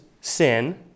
sin